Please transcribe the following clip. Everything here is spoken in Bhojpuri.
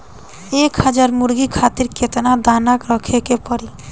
एक हज़ार मुर्गी खातिर केतना दाना रखे के पड़ी?